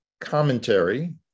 Commentary